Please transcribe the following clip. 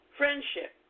friendship